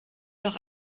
doch